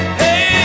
hey